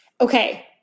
Okay